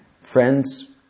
friends